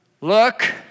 look